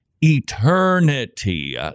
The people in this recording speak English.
eternity